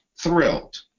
thrilled